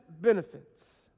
benefits